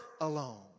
alone